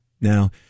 Now